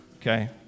okay